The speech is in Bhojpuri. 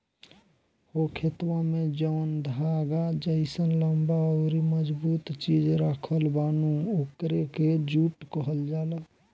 हो खेतवा में जौन धागा जइसन लम्बा अउरी मजबूत चीज राखल बा नु ओकरे के जुट कहल जाला